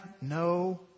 no